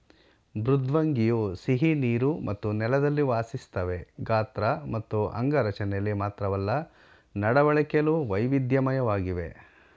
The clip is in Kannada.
ಮೃದ್ವಂಗಿಯು ಸಿಹಿನೀರು ಮತ್ತು ನೆಲದಲ್ಲಿ ವಾಸಿಸ್ತವೆ ಗಾತ್ರ ಮತ್ತು ಅಂಗರಚನೆಲಿ ಮಾತ್ರವಲ್ಲ ನಡವಳಿಕೆಲು ವೈವಿಧ್ಯಮಯವಾಗಿವೆ